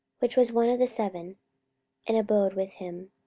which was one of the seven and abode with him.